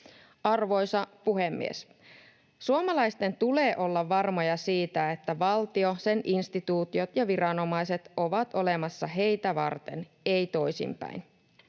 Arvoisa puhemies! Suomalaisten tulee olla varmoja siitä, että valtio, sen instituutiot ja viranomaiset ovat olemassa heitä varten, ei toisinpäin.